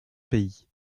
pays